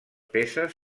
peces